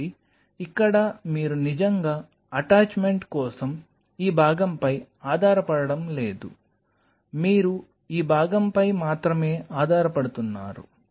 కాబట్టి ఇక్కడ మీరు నిజంగా అటాచ్మెంట్ కోసం ఈ భాగంపై ఆధారపడటం లేదు మీరు ఈ భాగంపై మాత్రమే ఆధారపడుతున్నారు